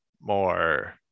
more